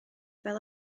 fel